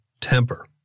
Temper